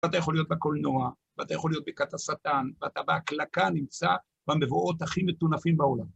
ואתה יכול להיות בקולנוע, ואתה יכול להיות בכת השטן, ואתה בהקלקה נמצא במבואות הכי מטונפים בעולם.